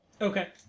Okay